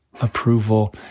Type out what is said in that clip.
approval